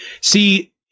See